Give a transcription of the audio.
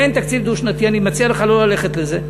אין תקציב דו-שנתי, אני מציע לך לא ללכת לזה.